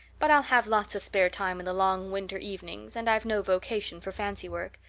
but i'll have lots of spare time in the long winter evenings, and i've no vocation for fancy work.